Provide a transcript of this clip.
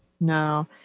No